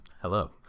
Hello